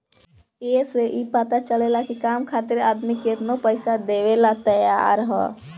ए से ई पता चलेला की काम खातिर आदमी केतनो पइसा देवेला तइयार हअ